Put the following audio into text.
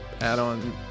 add-on